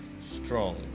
strong